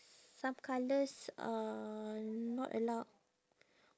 some colours are not allowed